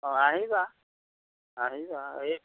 অঁ আহিবা আহিবা এই